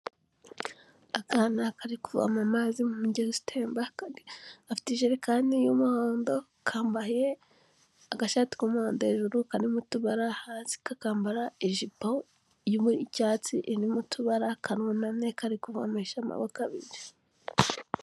Akana kari kuvoma amazi mu mugezi utemba gafite ijerekani y'umuhondo kambaye agashati k'umuhondo hejuru karimo utubara hasi kakambara ijipo y'icyatsi imirimo utubara akanunamye kari kuvomesha amaboko abiri.